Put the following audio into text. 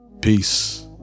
peace